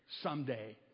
someday